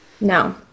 No